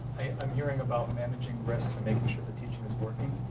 i'm hearing about managing risks and making sure the teaching is working.